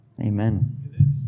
Amen